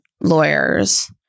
lawyers